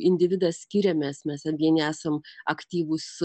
individas skiriamės mes ten vieni esam aktyvūs